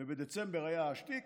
ובדצמבר היה השטיק,